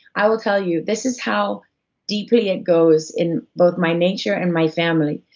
i will tell you, this is how deeply it goes in both my nature and my family,